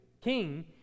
king